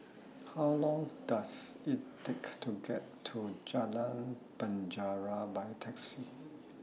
How longs Does IT Take to get to Jalan Penjara By Taxi